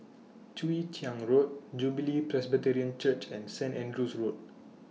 Chwee Chian Road Jubilee Presbyterian Church and Saint Andrew's Road